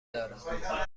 دارم